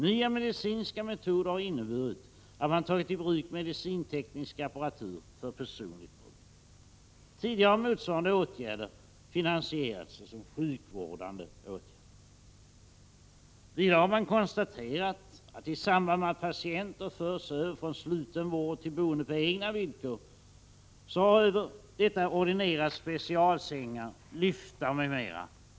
Nya medicinska metoder har inneburit att man tagit medicinteknisk apparatur i bruk för personlig användning. Tidigare har motsvarande åtgärder finansierats såsom sjukvårdande åtgärd. Vidare har man konstaterat att patienter i samband med att de förs över från sluten vård till boende på egna villkor har ordinerats specialsängar, lyftar, m.m.